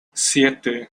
siete